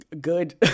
good